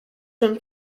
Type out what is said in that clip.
from